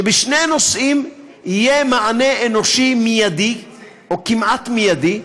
שבשני נושאים יהיה מענה אנושי מיידי או כמעט מיידי: